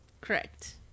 Correct